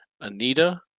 Anita